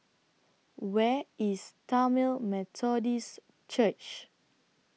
Where IS Tamil Methodist Church